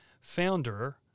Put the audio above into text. founder